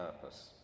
purpose